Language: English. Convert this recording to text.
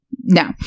no